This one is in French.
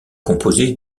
composée